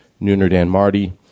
NoonerDanMarty